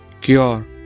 Cure